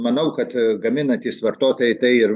manau kad gaminantys vartotojai tai ir